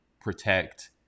protect